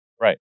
Right